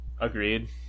Agreed